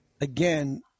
Again